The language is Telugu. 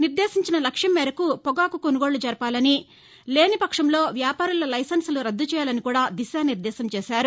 నిర్దేశించిన లక్ష్యం మేరకు పొగాకు కానుగోళ్ళ జరపాలని లేని పక్షంలో వ్యాపారుల లైసెన్నులు రద్య చేయాలని కూడా దిశా నిర్గాశం చేశారు